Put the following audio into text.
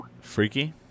Freaky